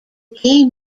game